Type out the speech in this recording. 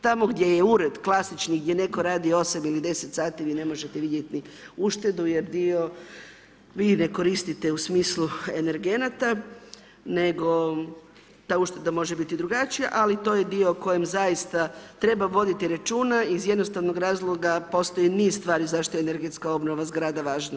Tamo gdje je ured klasični, gdje netko radi 8 ili 10h, vi ne možete vidjeti uštedu jer dio vi ne koristite u smislu energenata, nego ta ušteda može biti drugačija, ali to je dio kojem zaista treba voditi računa iz jednostavnog razloga, postoji niz stvari zašto energetska obnova zgrada važna.